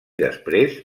després